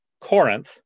Corinth